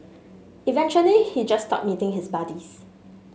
eventually he just stopped meeting his buddies